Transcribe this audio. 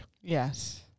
Yes